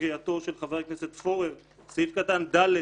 לקריאתו של חבר הכנסת פורר סעיף (ד),